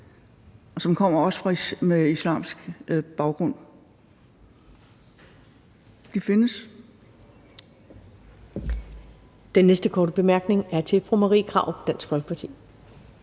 også kommer med islamisk baggrund. De findes.